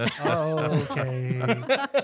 Okay